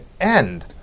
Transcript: end